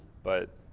but